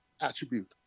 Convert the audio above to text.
attribute